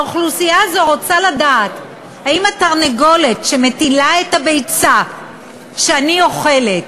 האוכלוסייה הזו רוצה לדעת אם התרנגולת שמטילה את הביצה שאני אוכלת,